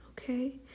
Okay